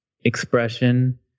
expression